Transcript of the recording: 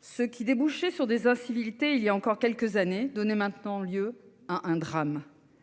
Ce qui débouchait sur des incivilités voilà encore quelques années donnait désormais lieu à un drame.